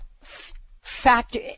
factor